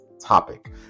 topic